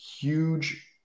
huge